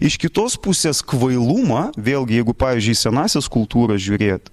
iš kitos pusės kvailumą vėlgi jeigu pavyzdžiui senąsias kultūras žiūrėt